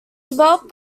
developed